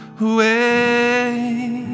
away